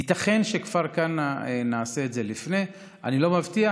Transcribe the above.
ייתכן שכפר כנא, נעשה את זה לפני, אני לא מבטיח.